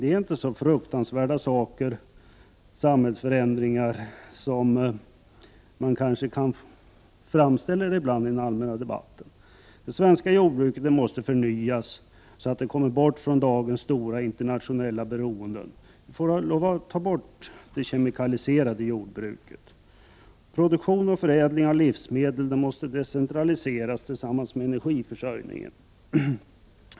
Det är inte så fruktansvärda samhällsförändringar som man ibland framställer det som i den allmänna debatten. Det svenska jordbruket måste förnyas, så att det kommer bort från dagens stora internationella beroenden. Vi måste bort från det kemikaliserade jordbruket. Produktion och förädling av livsmedel måste decentraliseras tillsammans med energiförsörjningen.